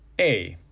a,